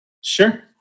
Sure